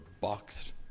boxed